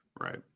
Right